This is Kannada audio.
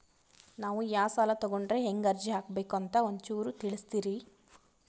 ನಾವು ಯಾ ಸಾಲ ತೊಗೊಂಡ್ರ ಹೆಂಗ ಅರ್ಜಿ ಹಾಕಬೇಕು ಅಂತ ಒಂಚೂರು ತಿಳಿಸ್ತೀರಿ?